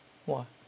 !wah!